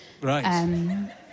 Right